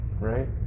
right